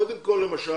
קודם כל למשל